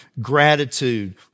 gratitude